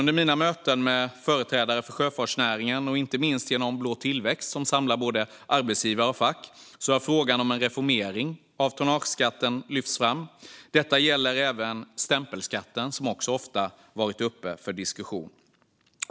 Under mina möten med företrädare för sjöfartsnäringen, och inte minst genom Blå tillväxt som samlar både arbetsgivare och fack, har frågan om en reformering av tonnageskatten lyfts fram. Även stämpelskatten har ofta varit uppe för diskussion.